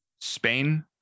Spain